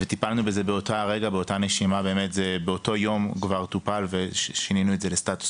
וטיפלנו בזה באותו רגע ובאותו יום שינינו לסטטוס